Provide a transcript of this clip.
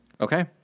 Okay